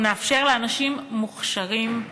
אנחנו נאפשר לאנשים מוכשרים,